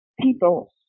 people